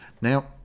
Now